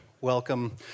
welcome